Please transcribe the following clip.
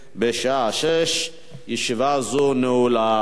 בשעה 16:00. ישיבה זו נעולה.